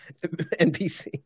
NPC